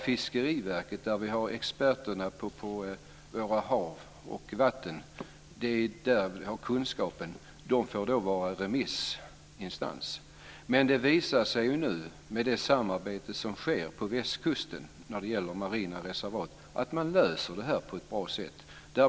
Fiskeriverket, där vi har experterna på våra hav och vatten, där vi har kunskapen, får bara vara remissinstans. Men det visar sig nu, med det samarbete som sker på västkusten när det gäller marina reservat, att man löser det här på ett bra sätt.